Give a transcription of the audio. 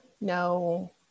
no